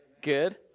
Good